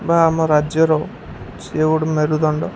ବା ଆମ ରାଜ୍ୟର ସିଏ ଗୋଟେ ମେରୁଦଣ୍ଡ